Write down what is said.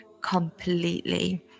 completely